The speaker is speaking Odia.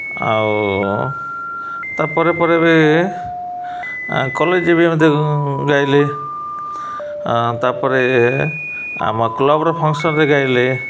ଆଉ ତା'ପରେ ପରେ ପରେ ବି କଲେଜ୍ରେ ବି ଏମିତି ଗାଇଲେ ତା'ପରେ ଆମ କ୍ଲବ୍ର ଫଙ୍କ୍ସନ୍ରେ ଗାଇଲି